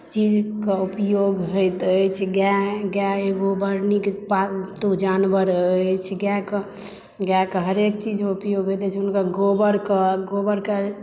चीजके उपयोग होइत अछि गाए गाए एगो बड़ नीक पालतू जानवर अछि गायके गाएके हरेक चीज उपयोग होइत अछि हुनकर गोबरके गोबरके